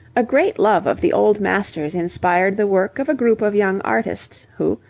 a great love of the old masters inspired the work of a group of young artists, who,